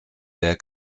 der